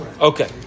Okay